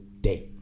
day